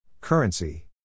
Currency